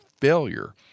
failure